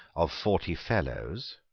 of forty fellows,